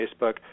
Facebook